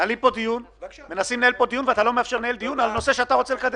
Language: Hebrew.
מנסים לנהל פה דיון ואתה לא מאפשר לנהל דיון על נושא שאתה רוצה לקדם.